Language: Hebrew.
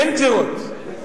אין גזירות.